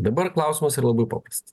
dabar klausimas yra labai paprastas